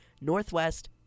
Northwest